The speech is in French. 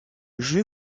jeu